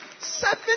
seven